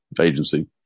agency